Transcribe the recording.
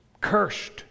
cursed